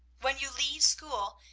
when you leave school,